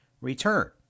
return